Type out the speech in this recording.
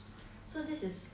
so this is